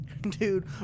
Dude